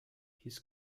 his